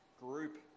group